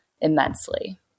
immensely